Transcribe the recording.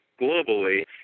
globally